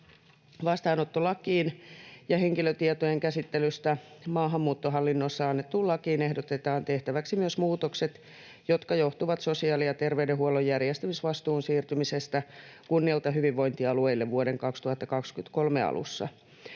Vastaanottolakiin ja henkilötietojen käsittelystä maahanmuuttohallinnossa annettuun lakiin ehdotetaan tehtäväksi myös muutokset, jotka johtuvat sosiaali- ja terveydenhuollon järjestämisvastuun siirtymisestä kunnilta hyvinvointialueille vuoden 2023 alussa.